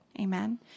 Amen